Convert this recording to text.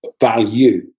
value